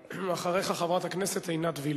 אחריך, חברת הכנסת עינת וילף,